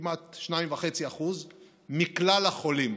כמעט 2.5% מכלל החולים